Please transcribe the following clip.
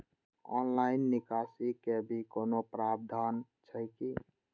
Online निकासी के भी कोनो प्रावधान छै की?